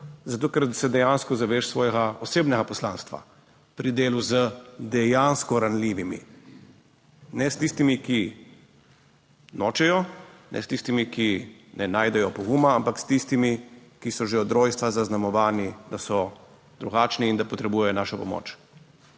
zato ker se dejansko zaveš svojega osebnega poslanstva pri delu z dejansko ranljivimi. Ne s tistimi, ki nočejo, ne s tistimi, ki ne najdejo poguma, ampak s tistimi, ki so že od rojstva zaznamovani, da so drugačni in da potrebujejo našo pomoč.